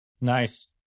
Nice